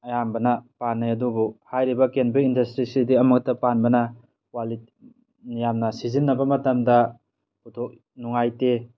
ꯑꯌꯥꯝꯕꯅ ꯄꯥꯟꯅꯩ ꯑꯗꯨꯕꯨ ꯍꯥꯏꯔꯤꯕ ꯀꯦꯟ ꯕꯦꯛ ꯏꯟꯗꯁꯇ꯭ꯔꯤꯖ ꯁꯤꯗꯤ ꯑꯃ ꯈꯛꯇ ꯄꯥꯟꯕꯅ ꯌꯥꯝꯅ ꯁꯤꯖꯤꯟꯅꯕ ꯃꯇꯝꯗ ꯅꯨꯡꯉꯥꯏꯇꯦ